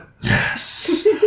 Yes